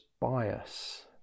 bias